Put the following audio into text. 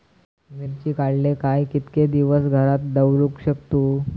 मिर्ची काडले काय कीतके दिवस घरात दवरुक शकतू?